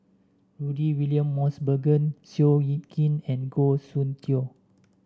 Rudy William Mosbergen Seow Yit Kin and Goh Soon Tioe